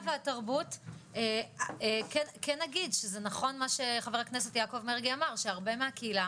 והתרבות כן נגיד שזה נכון מה שח"כ יעקב מרגי אמר שהרבה מהקהילה